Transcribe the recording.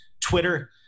Twitter